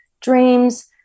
dreams